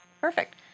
Perfect